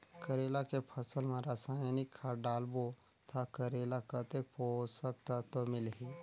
करेला के फसल मा रसायनिक खाद डालबो ता करेला कतेक पोषक तत्व मिलही?